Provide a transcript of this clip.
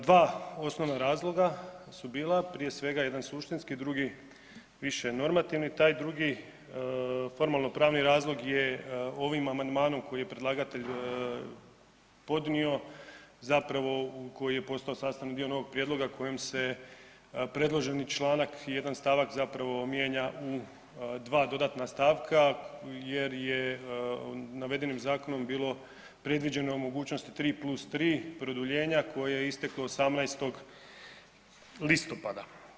Dva osnovna razloga su bila, prije svega jedan suštinski, drugi više normativni taj drugi formalno-pravni razloga je ovim amandmanom koji je predlagatelj podnio zapravo koji je postao sastavni dio novog prijedloga kojom se predloženi članak 1. stavak zapravo mijenja u dva dodatna stavka jer je navedenim zakonom bilo predviđeno mogućnosti 3+3 produljenja koje je isteklo 18. listopada.